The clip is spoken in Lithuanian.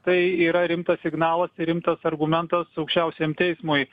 tai yra rimtas signalas ir rimtas argumentas aukščiausiajam teismui